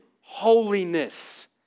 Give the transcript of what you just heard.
holiness